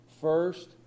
first